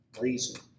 reason